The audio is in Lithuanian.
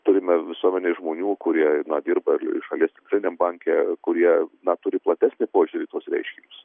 turime visuomenėj žmonių kurie na dirba ir šalies centriniam banke kurie na turi platesnį požiūrį į tuos reiškinius